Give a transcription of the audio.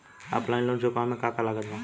Offline loan चुकावे म का का लागत बा?